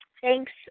Thanks